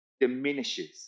diminishes